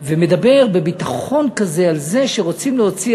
ומדבר בביטחון כזה על זה שרוצים להוציא,